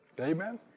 Amen